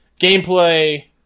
gameplay